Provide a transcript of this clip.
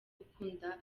gukunda